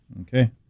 Okay